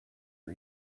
are